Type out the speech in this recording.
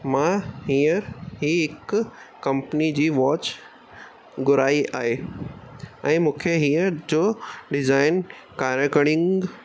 मां हींअर हीअ हिकु कंपनी जी वॉच घुराई आहे ऐं मूं खे हींअर जो डिज़ाइन कार्यकरिंग